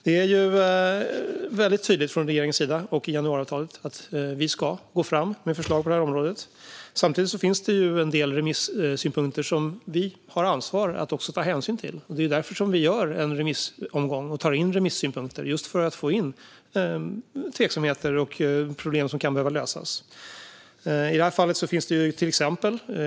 Det är väldigt tydligt från regeringens sida, och i januariavtalet, att vi ska gå fram med förslag på detta område. Samtidigt finns det en del remisssynpunkter som vi har ansvar att ta hänsyn till. Det är därför - just för att få reda på tveksamheter och problem som kan behöva lösas - som vi gör en remissomgång och tar in remissynpunkter.